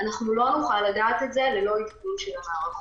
אנחנו לא נוכל לדעת את זה ללא עדכון של המערכות.